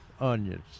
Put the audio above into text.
onions